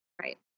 right